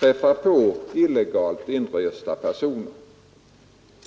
träffar på illegalt inresta personer.